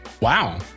Wow